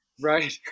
Right